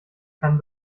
kann